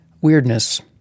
weirdness